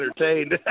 entertained